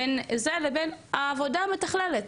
בין זה לבין העבודה המתכללת,